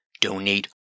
Donate